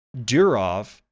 Durov